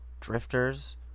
drifters